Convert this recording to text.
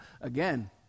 Again